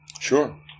Sure